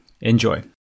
Enjoy